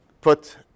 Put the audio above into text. put